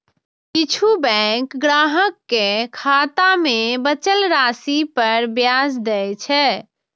किछु बैंक ग्राहक कें खाता मे बचल राशि पर ब्याज दै छै